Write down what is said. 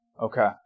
Okay